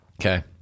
okay